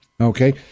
Okay